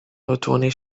retourner